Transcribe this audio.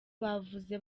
bavuze